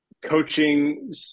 coaching